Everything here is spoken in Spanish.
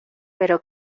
pero